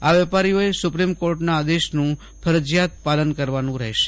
આ વેપારીઓએ સુપ્રિમ કોર્ટનાં આદેશનું ફરજીયાત પાલન કરવાનું રહેશે